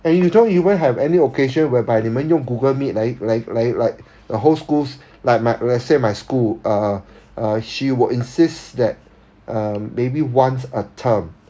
and you don't even have any occasion whereby 你们用 google meet 来来来 like the whole school's like my let's say my school err err she will insist that um maybe once a term